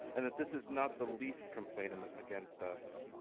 and that this is not the least complaint um against us.